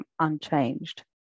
unchanged